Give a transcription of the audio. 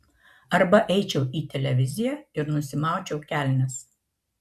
arba eičiau į televiziją ir nusimaučiau kelnes